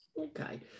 Okay